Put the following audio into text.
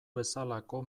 bezalako